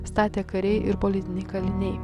statė kariai ir politiniai kaliniai